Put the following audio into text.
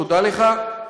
תודה לך,